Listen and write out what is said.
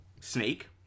snake